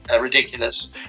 ridiculous